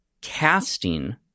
casting